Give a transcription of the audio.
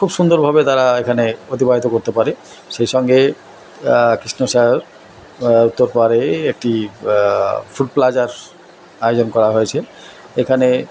খুব সুন্দরভাবে তারা এখানে অতিবাহিত করতে পারে সেই সঙ্গে কৃষ্ণসায়র উত্তর পারে একটি ফুড প্লাজার আয়োজন করা হয়েছে এখানে